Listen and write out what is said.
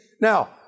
Now